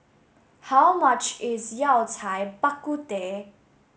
how much is Yao Cai Bak Kut Teh